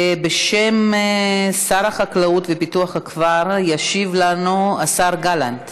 בשם שר החקלאות ופיתוח הכפר ישיב לנו השר גלנט.